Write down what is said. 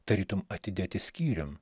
tarytum atidėti skyrium